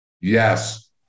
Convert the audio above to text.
Yes